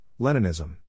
Leninism